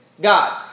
God